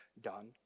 done